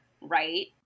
right